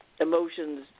emotions